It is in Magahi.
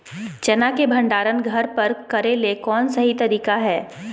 चना के भंडारण घर पर करेले कौन सही तरीका है?